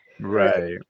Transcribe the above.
Right